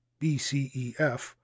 BCEF